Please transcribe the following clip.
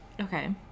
okay